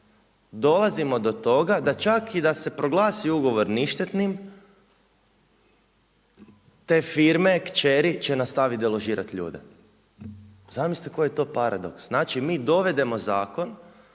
dolazimo do toga da čak i da se proglasi ugovor ništetnim te firme kćeri će nastaviti deložirati te ljude. zamislite koji je to paradoks. Znači mi dovedemo zakon